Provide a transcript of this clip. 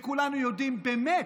וכולנו יודעים באמת,